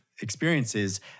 experiences